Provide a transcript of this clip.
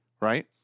right